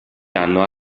hanno